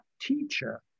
teacher